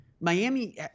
Miami